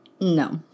No